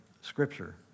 Scripture